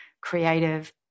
creative